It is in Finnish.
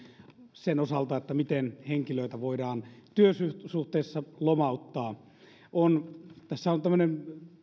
sen osalta miten henkilöitä voidaan työsuhteessa lomauttaa tässä on tämmöinen